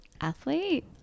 athlete